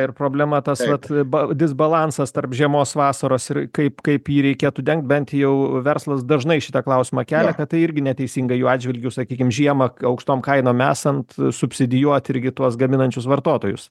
ir problema tas vat disbalansas tarp žiemos vasaros ir kaip kaip jį reikėtų dengt bent jau verslas dažnai šitą klausimą kelia kad tai irgi neteisinga jų atžvilgiu sakykim žiemą kai aukštom kainom esant subsidijuoti irgi tuos gaminančius vartotojus